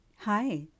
Hi